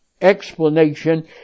explanation